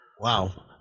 Wow